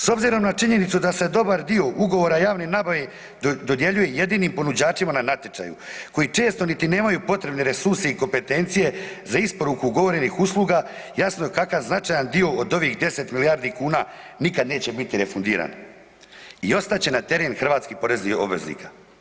S obzirom na činjenicu da se dobar dio ugovora javne nabave dodjeljuje jedinim ponuđačima na natječaju koji često niti nemaju potrebne resurse i kompetencije za isporuku ugovorenih usluga jasno je kakav značajan dio od ovih 10 milijardi kuna nikad neće biti refundiran i ostat će na teret hrvatskih poreznih obveznika.